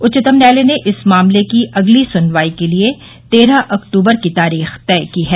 उच्चतम न्यायालय ने इस मामले की अगली सुनवाई के लिए तेरह अक्टूबर की तारीख तय की है